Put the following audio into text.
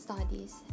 studies